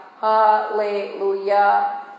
Hallelujah